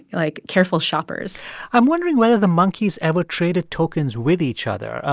like, careful shoppers i'm wondering whether the monkeys ever traded tokens with each other.